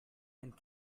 and